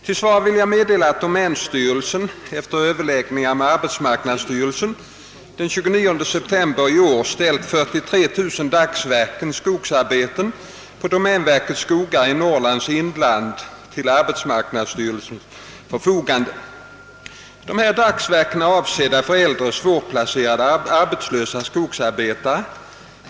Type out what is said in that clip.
Till svar vill jag meddela att domänstyrelsen — efter överläggningar med arbetsmarknadsstyrelsen — den 29 september i år ställt 43000 dagsverken skogsarbete på domänverkets skogar i Norrlands inland till arbetsmarknadsstyrelsens förfogande. Dessa dagsverken är avsedda för äldre — »svårplacerade» — arbetslösa skogsarbetare.